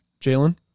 Jalen